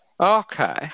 Okay